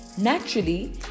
Naturally